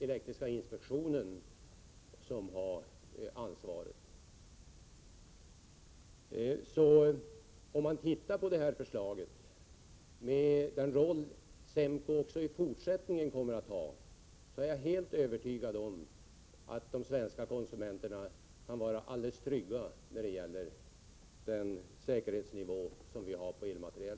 Elektriska inspektionen har ansvaret i de fallen. När det gäller detta förslag och den roll SEMKO också i fortsättningen kommer att ha är jag helt övertygad om att de svenska konsumenterna kan vara trygga beträffande den säkerhetsnivå som vi har på elmateriel.